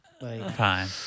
Fine